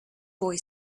boy